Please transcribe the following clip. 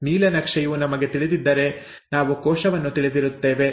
ನೀಲನಕ್ಷೆಯು ನಮಗೆ ತಿಳಿದಿದ್ದರೆ ನಾವು ಕೋಶವನ್ನು ತಿಳಿದಿರುತ್ತೇವೆ